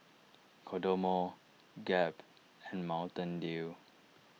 Kodomo Gap and Mountain Dew